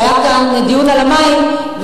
כשהיה כאן דיון על המים,